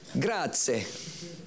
grazie